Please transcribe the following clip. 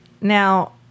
Now